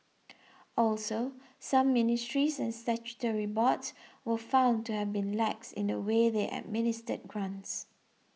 also some ministries and statutory boards were found to have been lax in the way they administered grants